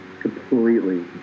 completely